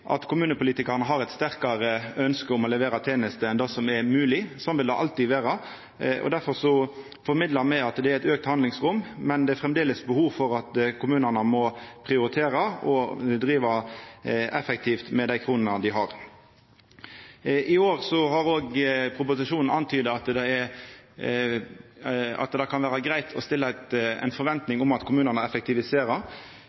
som kommunepolitikarane ønskjer. Sånn er det alltid, at kommunepolitikarane har eit sterkare ønske om å levera tenester enn det som er mogleg. Sånn vil det alltid vera. Difor formidlar me at det er eit auka handlingsrom, men det er framleis behov for at kommunane må prioritera og driva effektivt med dei kronene dei har. I år har ein òg i proposisjonen antyda at det kan vera greitt å